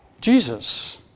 Jesus